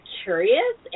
curious